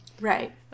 Right